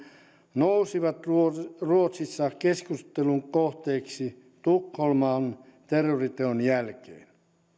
nousivat ruotsissa ruotsissa keskustelun kohteeksi tukholman terroriteon jälkeen